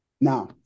Now